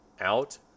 out